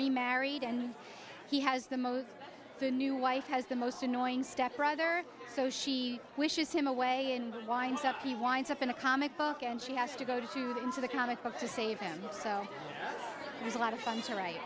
remarried and he has the most new wife has the most annoying step brother so she wishes him away and winds up he winds up in a comic book and she has to go to the ends of the comic book to save him so there's a lot of fun to write